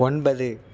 ஒன்பது